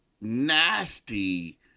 nasty